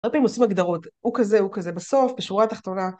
הרבה פעמים עושים הגדרות הוא כזה הוא כזה בסוף בשורה התחתונה